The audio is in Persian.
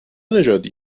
نژادی